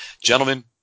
Gentlemen